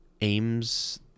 aims